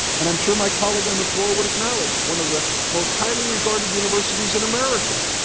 and i'm sure my colleague on the floor would acknowledge one of the most highly regarded universities in america.